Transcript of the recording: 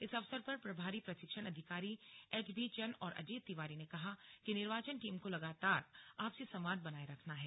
इस अवसर पर प्रभारी प्रशिक्षण अधिकारी एचबी चन् और अजीत तिवारी ने कहा कि निर्वाचन टीम को लगातार आपसी संवाद बनाये रखना हैं